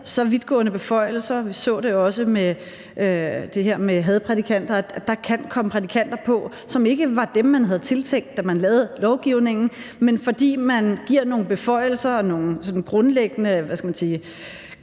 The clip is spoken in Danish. sværere at tackle. Vi så det også med det her med hadprædikanter, altså at der kan komme prædikanter på, som ikke var dem, man havde tiltænkt, da man lavede lovgivningen, men fordi man giver nogle beføjelser og laver nogle grundlæggende kriterier